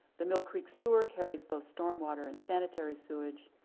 the mill creek sewer carries both storm water and sanitary sewage,